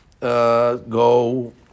go